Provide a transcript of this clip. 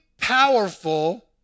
powerful